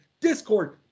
Discord